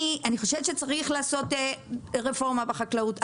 אני חושבת שצריך לעשות רפורמה בחקלאות,